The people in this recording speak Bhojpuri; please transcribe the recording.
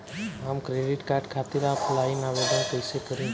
हम क्रेडिट कार्ड खातिर ऑफलाइन आवेदन कइसे करि?